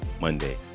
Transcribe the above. Monday